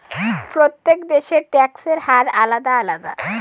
প্রত্যেক দেশের ট্যাক্সের হার আলাদা আলাদা